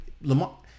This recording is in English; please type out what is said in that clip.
Lamar